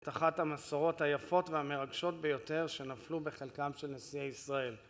את אחת המסורות היפות והמרגשות ביותר שנפלו בחלקם של נשיאי ישראל.